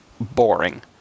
boring